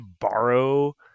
borrow